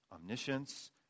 omniscience